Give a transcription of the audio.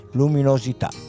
luminosità